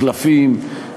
מחלפים,